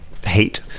hate